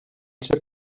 ser